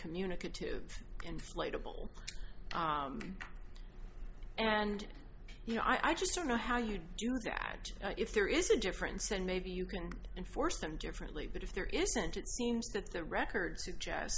communicative inflatable and you know i just don't know how you do if there is a difference and maybe you can enforce them differently but if there isn't it seems that the record